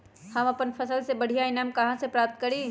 हम अपन फसल से बढ़िया ईनाम कहाँ से प्राप्त करी?